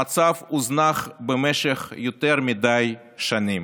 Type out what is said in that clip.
המצב הוזנח במשך יותר מדי שנים.